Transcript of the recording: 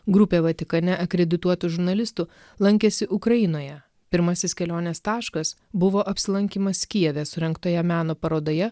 grupė vatikane akredituotų žurnalistų lankėsi ukrainoje pirmasis kelionės taškas buvo apsilankymas kijeve surengtoje meno parodoje